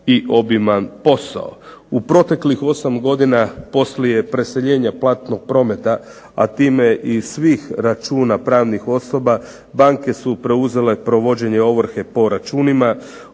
U proteklih osam godina poslije preseljenja platnog prometa a time i svih računa pravni osoba banke su preuzele provođenje ovrhe po računima.